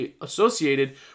associated